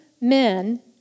men